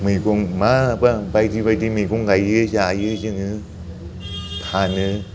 मैगं माबा बायदि बायदि मैगं गाइयो जायो जोङो फानो